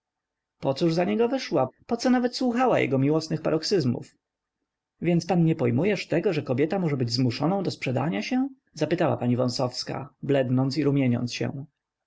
starzec pocóż za niego wyszła poco nawet słuchała jego miłosnych paroksyzmów więc pan nie pojmujesz tego że kobieta może być zmuszoną do sprzedania się zapytała pani wąsowska blednąc i rumieniąc się